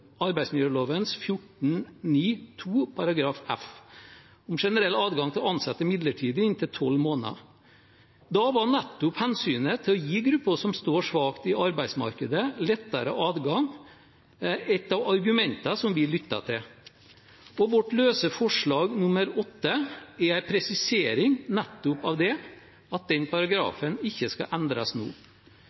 f, en generell adgang til å ansette midlertidig i inntil tolv måneder. Da var hensynet om å gi grupper som står svakt i arbeidsmarkedet, lettere adgang, nettopp et av argumentene som vi lyttet til. Forslag nr. 8, fra Kristelig Folkeparti, er en presisering av at den paragrafen ikke skal endres nå.